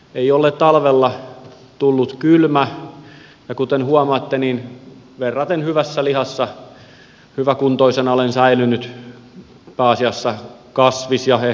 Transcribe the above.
ei ole talvella tullut kylmä ja kuten huomaatte niin verraten hyvässä lihassa hyväkuntoisena olen säilynyt pääasiassa kasvis ja ehkä kalaravinnolla